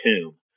tomb